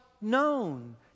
known